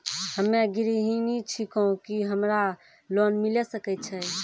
हम्मे गृहिणी छिकौं, की हमरा लोन मिले सकय छै?